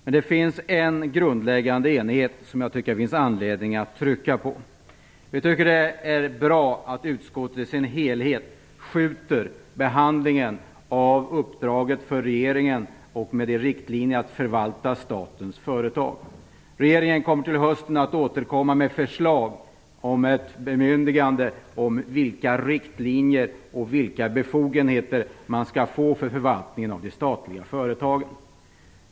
Men det finns i ett avseende en grundläggande enighet, som jag tycker att det finns anledning att stryka under. Vi tycker att det är bra att utskottet skjuter upp hela behandlingen av uppdraget till regeringen att förvalta statens företag. Regeringen kommer till hösten att återkomma med förslag till bemyndigande vad avser riktlinjer för och befogenheter i förvaltningen av de statliga företagen.